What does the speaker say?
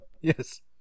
yes